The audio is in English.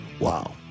Wow